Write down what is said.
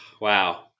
Wow